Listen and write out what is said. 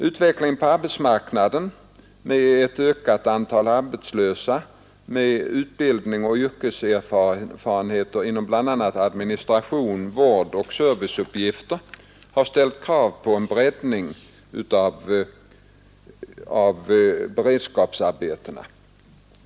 Utvecklingen på arbetsmarknaden med ett ökat antal arbetslösa med utbildning och yrkeserfarenhet inom bl.a. administration och vårdoch serviceuppgifter har ställt krav på en breddning av beredskapsarbetena.